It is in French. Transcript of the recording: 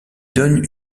donne